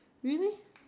really